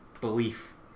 belief